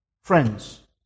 friends